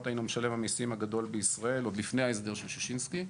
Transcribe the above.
היינו משלם המיסים הגדול בישראל עוד לפני ההסדר של שישינסקי.